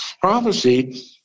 Prophecy